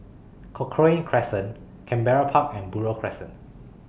Cochrane Crescent Canberra Park and Buroh Crescent